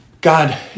God